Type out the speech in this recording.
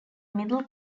middle